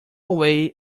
way